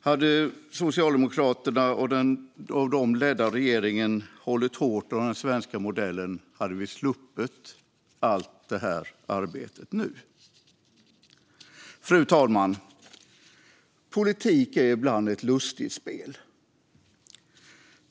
Hade Socialdemokraterna och den av dem ledda regeringen hållit hårt i den svenska modellen hade vi sluppit allt detta arbete nu. Fru talman! Politik är ibland ett lustigt spel.